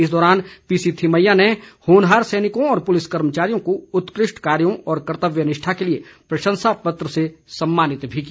इस दौरान पीसी थिम्मैया ने होनहार सैनिकों और पुलिस कर्मचारियों को उत्कृष्ट कार्यों और कर्तव्य निष्ठा के लिए प्रशंसापत्र से सम्मानित भी किया